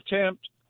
attempt